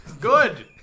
Good